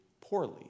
poorly